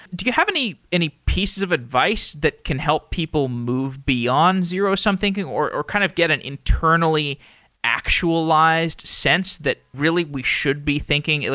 do you have any pieces pieces of advice that can help people move beyond zero-sum thinking or or kind of get an internally actualized sense that really we should be thinking?